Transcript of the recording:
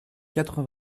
quatre